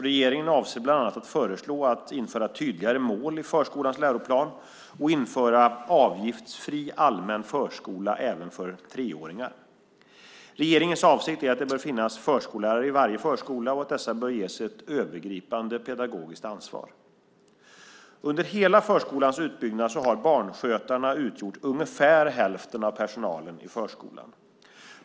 Regeringen avser bland annat att föreslå att införa tydligare mål i förskolans läroplan och införa avgiftsfri allmän förskola även för treåringar. Regeringens avsikt är att det bör finnas förskollärare i varje förskola och att dessa bör ges ett övergripande pedagogiskt ansvar. Under hela förskolans utbyggnad har barnskötarna utgjort ungefär hälften av personalen i förskolan.